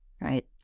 right